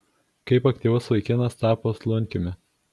kaip aktyvus vaikinas tapo slunkiumi